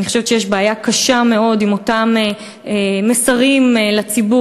אני חושבת שיש בעיה קשה מאוד עם אותם מסרים לציבור,